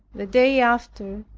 the day after,